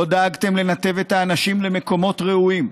לא דאגתם לנתב את האנשים למקומות ראויים,